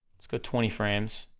let's go twenty frames,